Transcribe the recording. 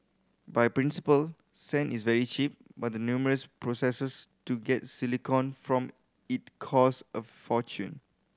by principle sand is very cheap but the numerous processes to get silicon from it cost a fortune